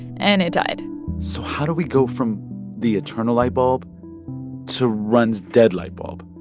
and it died so how do we go from the eternal light bulb to rund's dead light bulb?